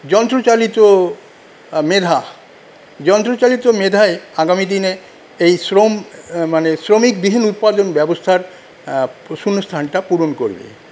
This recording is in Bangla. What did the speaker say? যন্ত্রচালিত মেধা যন্ত্রচালিত মেধায় আগামী দিনে এই শ্রম মানে শ্রমিকবিহীন উৎপাদন ব্যবস্থার শূন্যস্থানটা পূরণ করবে